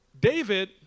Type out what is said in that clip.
David